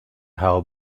how